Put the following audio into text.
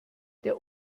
der